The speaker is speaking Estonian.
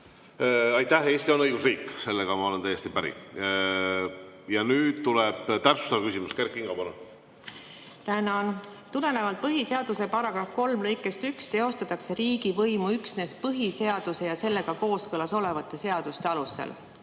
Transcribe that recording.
Aitäh! Eesti on õigusriik, sellega ma olen täiesti päri. Nüüd tuleb täpsustav küsimus. Kert Kingo, palun! Tänan! Tulenevalt põhiseaduse § 3 lõikest 1 teostatakse riigivõimu üksnes põhiseaduse ja sellega kooskõlas olevate seaduste alusel.